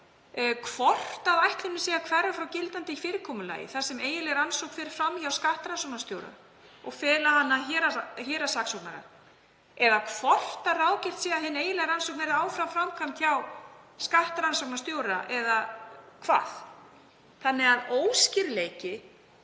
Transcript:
hvort ætlunin sé að hverfa frá gildandi fyrirkomulagi þar sem eiginleg rannsókn fer fram hjá skattrannsóknarstjóra og fela hana héraðssaksóknara eða hvort ráðgert sé að hin eiginlega rannsókn verði áfram framkvæmd hjá skattrannsóknarstjóra eða hvað. Óskýrleiki